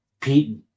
Pete